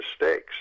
mistakes